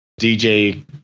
DJ